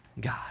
God